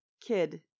kid